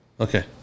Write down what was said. Okay